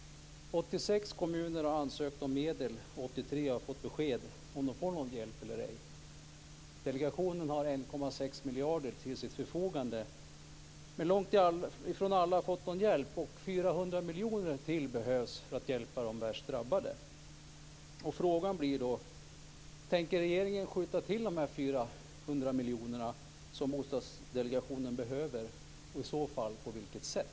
86 kommuner har ansökt om medel. 83 har fått besked om huruvida de får någon hjälp eller ej. Delegationen har 1,6 miljarder kronor till sitt förfogande. Men långt ifrån alla har fått någon hjälp. 400 miljoner kronor till behövs för att hjälpa de värst drabbade. Frågan blir då: Tänker regeringen skjuta till de 400 miljoner som Bostadsdelegationen behöver, och i så fall på vilket sätt?